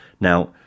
now